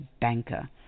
banker